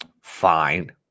fine